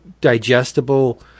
digestible